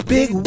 Big